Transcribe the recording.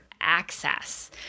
access